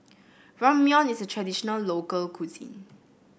Ramyeon is a traditional local cuisine